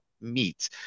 meat